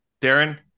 Darren